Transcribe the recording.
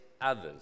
others